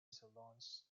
salons